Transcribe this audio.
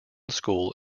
school